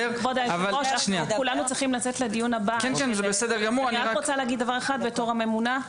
רק רוצה להגיד דבר אחד, בתור הממונה.